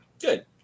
good